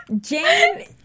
Jane